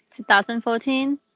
2014